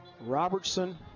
Robertson